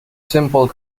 simple